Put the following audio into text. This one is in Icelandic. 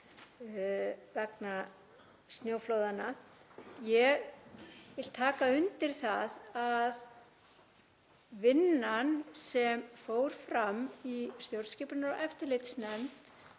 vegna snjóflóðanna. Ég vil taka undir það að vinnan sem fór fram í stjórnskipunar- og eftirlitsnefnd